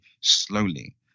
slowly